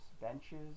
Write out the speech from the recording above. benches